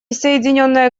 соединенное